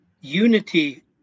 unity